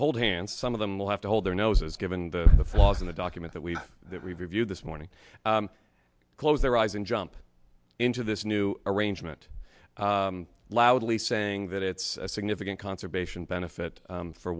hold hands some of them will have to hold their noses given the flaws in the document that we reviewed this morning close their eyes and jump into this new arrangement loudly saying that it's a significant conservation benefit